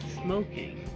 smoking